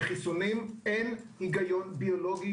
בחיסונים אין היגיון ביולוגי